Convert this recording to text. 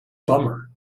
bummer